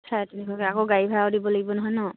চাৰে তিনিশকে আকৌ গাড়ী ভাড়াও দিব লাগিব নহয় ন